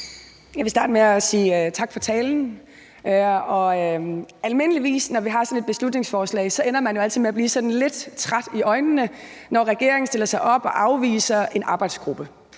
Jeg vil starte med at sige tak for talen. Når vi har sådan et beslutningsforslag, ender man jo almindeligvis med at blive sådan lidt træt i blikket, når regeringen stiller sig op og afviser en arbejdsgruppe.